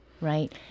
right